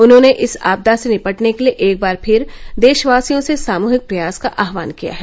उन्होंने इस आपदा से निपटने के लिए एकबार फिर देशवासियों से सामूहिक प्रयास का आहवान किया है